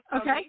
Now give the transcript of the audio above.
okay